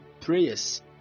prayers